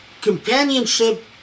companionship